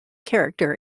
character